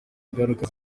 ingaruka